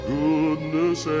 goodness